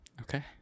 Okay